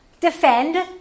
Defend